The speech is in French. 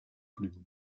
plumes